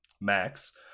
Max